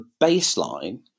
baseline